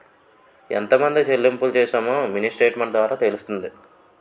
ఎంతమందికి చెల్లింపులు చేశామో మినీ స్టేట్మెంట్ ద్వారా తెలుస్తుంది